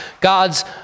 God's